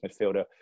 midfielder